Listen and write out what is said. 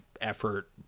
effort